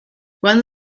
one